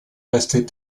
rester